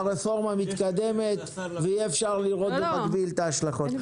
הרפורמה מתקדמת ואי אפשר לראות במקביל את ההשלכות.